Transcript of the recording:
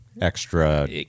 extra